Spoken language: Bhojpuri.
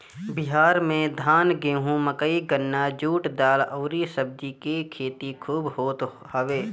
बिहार में धान, गेंहू, मकई, गन्ना, जुट, दाल अउरी सब्जी के खेती खूब होत हवे